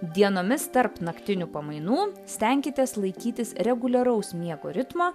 dienomis tarp naktinių pamainų stenkitės laikytis reguliaraus miego ritmo